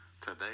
today